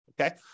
okay